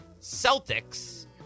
Celtics